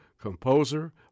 composer